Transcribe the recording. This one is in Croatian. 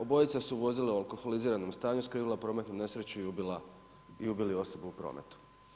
Obojica su vozili u alkoholiziranom stanju, skrivila prometnu nesreću i ubili osobu u prometu.